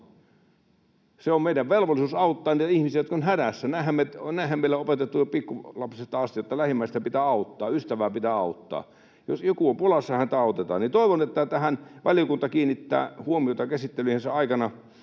On meidän velvollisuus auttaa niitä ihmisiä, jotka ovat hädässä. Näinhän meille on opetettu jo pikkulapsesta asti, että lähimmäistä pitää auttaa, ystävää pitää auttaa. Jos joku on pulassa, häntä autetaan. Toivon, että tähän valiokunta kiinnittää huomiota käsittelyjensä aikana,